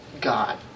God